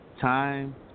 time